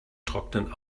trocknen